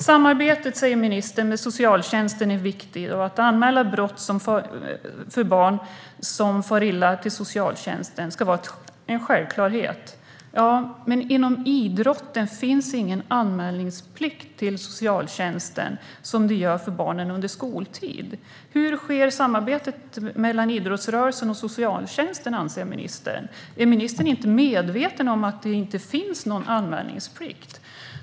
Samarbetet med socialtjänsten är viktigt, säger ministern, och att anmäla misstankar om att barn far illa till socialtjänsten ska vara en självklarhet. Ja, men inom idrotten finns ingen anmälningsplikt till socialtjänsten så som det gör under skoltid. Hur sker samarbetet mellan idrottsrörelsen och socialtjänsten, anser ministern? Är ministern inte medveten om att det inte finns någon anmälningsplikt?